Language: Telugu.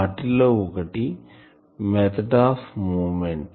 వాటిలో ఒకటి మెథడ్ ఆఫ్ మొమెంట్